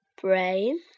Brain